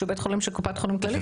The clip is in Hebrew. שהוא בית חולים של קופת חולים כללית,